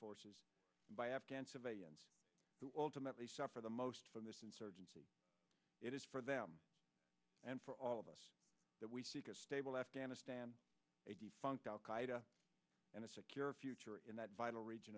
forces by afghan civilians who ultimately suffer the most from this insurgency it is for them and for all of us that we seek a stable afghanistan a defunct al qaeda and a secure future in that vital region